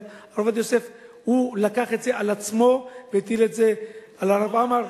אבל הרב עובדיה יוסף לקח את זה עצמו והטיל את זה על הרב עמאר.